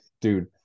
Dude